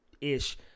Ish